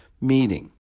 meeting